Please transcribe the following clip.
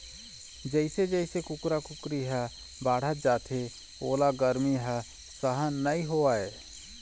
जइसे जइसे कुकरा कुकरी ह बाढ़त जाथे ओला गरमी ह सहन नइ होवय